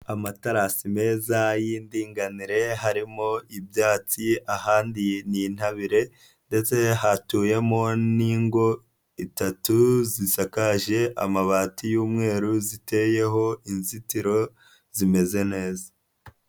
Amatarasi meza y'indinganire harimo ibyatsi ahandi n'intabire ndetse hatuyemo n'ingo itatu zisakaje amabati y'umweru ziteyeho inzitiro zimeze neza.